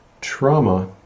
trauma